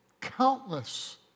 countless